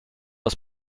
aus